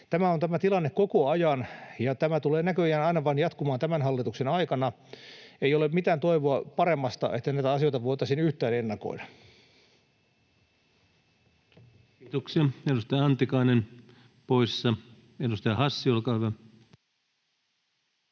Tämä on tämä tilanne koko ajan, ja tämä tulee näköjään aina vain jatkumaan tämän hallituksen aikana. Ei ole mitään toivoa paremmasta, että näitä asioita voitaisiin yhtään ennakoida. [Speech 64] Speaker: Ensimmäinen varapuhemies Antti Rinne